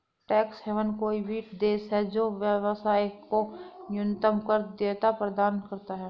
tax haven कोई भी देश है जो व्यवसाय को न्यूनतम कर देयता प्रदान करता है